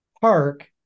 Park